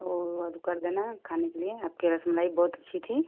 तो ऑडर कर देना खाने के लिए आपकी रसमलाई बहुत अच्छी थी